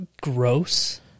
gross